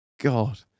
God